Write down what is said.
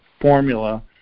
formula